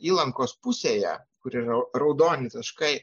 įlankos pusėje kur yra raudoni taškai